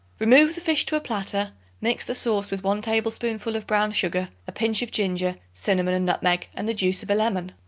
remove the fish to a platter mix the sauce with one tablespoonful of brown sugar, a pinch of ginger, cinnamon and nutmeg and the juice of a lemon.